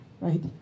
right